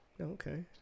okay